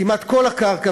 כמעט כל הקרקע,